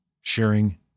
sharing